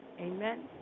Amen